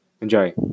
Enjoy